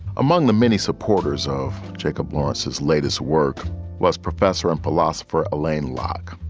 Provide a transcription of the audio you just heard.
among the many supporters of jacob lawrence's latest work was professor and philosopher alain locke.